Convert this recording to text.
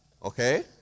Okay